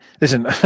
listen